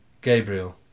Gabriel